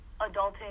adulting